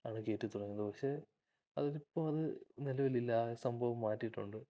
ആണു കയറ്റിത്തുടങ്ങിയത് പക്ഷേ അതായതിപ്പോള് അതു നിലവിലില്ല ആ സംഭവം മാറ്റിയിട്ടുണ്ട്